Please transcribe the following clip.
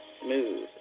Smooth